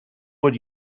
would